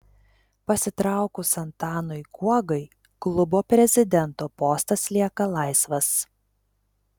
pasitraukus antanui guogai klubo prezidento postas lieka laisvas